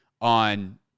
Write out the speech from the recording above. on